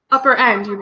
upper end.